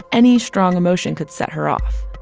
any strong emotion could set her off.